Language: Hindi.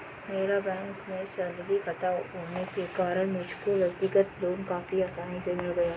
मेरा बैंक में सैलरी खाता होने के कारण मुझको व्यक्तिगत लोन काफी आसानी से मिल गया